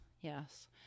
Yes